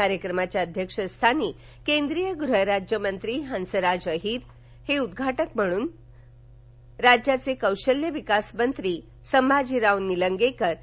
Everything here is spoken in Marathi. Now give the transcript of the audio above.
कार्यक्रमाच्या अध्यक्षस्थानी केंद्रीय गृहराज्यमंत्री हंसराज अहीर तर उद्घाटक म्हणून राज्याचे कौशल्य विकासमंत्री संभाजीराव निलंगेकर